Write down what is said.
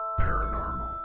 paranormal